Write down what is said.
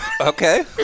Okay